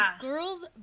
girls